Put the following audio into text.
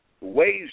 ways